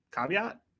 Caveat